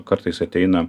kartais ateina